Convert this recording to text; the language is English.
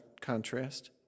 contrast